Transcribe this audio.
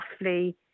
roughly